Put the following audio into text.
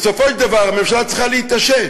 בסופו של דבר, הממשלה צריכה להתעשת.